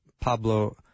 Pablo